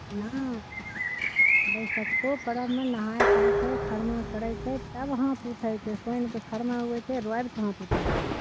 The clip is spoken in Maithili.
इहा बैशखो पर्बमे नहाए खाए छै खरना करै छै तब हाथ उठै छै शनि कऽ खरना होइ छै रवि कऽ हाथ उठै छै